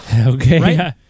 Okay